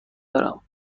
دارم